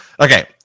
Okay